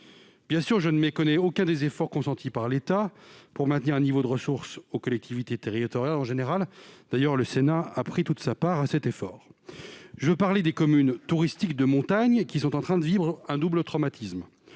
Bien sûr, je ne méconnais aucun des efforts consentis par l'État pour maintenir un niveau de ressources aux collectivités territoriales en général. Le Sénat a d'ailleurs pris toute sa part à cet effort. Les communes touristiques de montagne sont en train de vivre un double traumatisme.